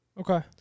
Okay